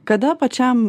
kada pačiam